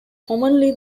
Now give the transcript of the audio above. commonly